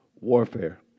warfare